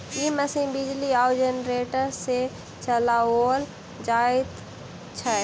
ई machine बिजली आ generator सॅ चलाओल जाइत छै